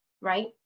right